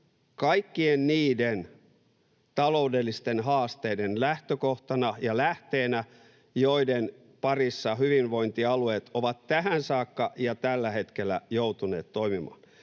kaikkien niiden taloudellisten haasteiden lähtökohtana ja lähteenä, joiden parissa hyvinvointialueet ovat tähän saakka ja tällä hetkellä joutuneet toimimaan.